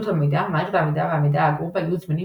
זמינות המידע – מערכת המידע והמידע האגור בה יהיו זמינים